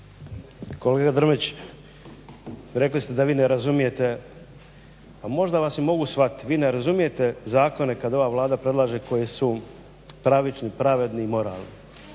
Kolega Drmić, rekli ste da vi ne razumijete. Pa možda vas i mogu shvatit, vi ne razumijete zakone kad ova Vlada predlaže koji su pravični, pravedni i moralni.